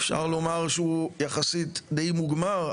אפשר לומר שהוא יחסית די מוגמר,